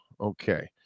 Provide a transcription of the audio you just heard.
Okay